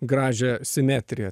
gražią simetriją